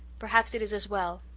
perhaps it is as well,